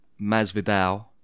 Masvidal